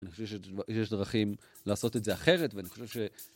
אני חושב שיש דרכים לעשות את זה אחרת, ואני חושב ש...